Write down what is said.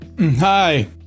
Hi